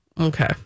okay